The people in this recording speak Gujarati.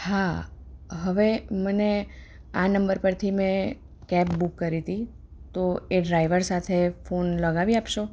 હા હવે મને આ નંબર પરથી મેં કેબ બુક કરી તી તો એ ડ્રાઈવર સાથે ફોન લગાવી આપશો